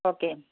okay